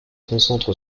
concentre